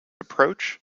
approach